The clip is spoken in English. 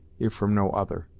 if from no other.